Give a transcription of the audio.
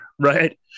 Right